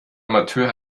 amateur